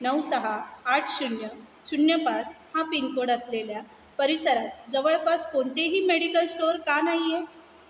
नऊ सहा आठ शून्य शून्य पाच हा पिनकोड असलेल्या परिसरात जवळपास कोणतेही मेडिकल स्टोअर का नाही आहे